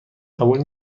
قبول